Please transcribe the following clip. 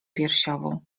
piersiową